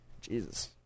Jesus